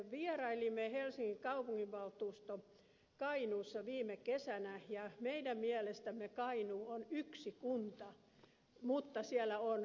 me helsingin kaupunginvaltuusto vierailimme kainuussa viime kesänä ja meidän mielestämme kainuu on yksi kunta mutta siellä on kaksi hallintoa